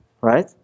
Right